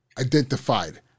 identified